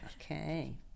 okay